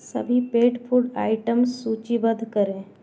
सभी paid food item सूचीबद्ध करें